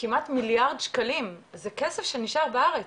כמעט מיליארד שקלים, זה כסף שנשאר בארץ.